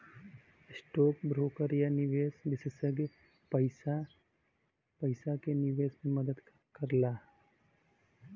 stock broker या निवेश विषेसज्ञ पइसा क निवेश में मदद करला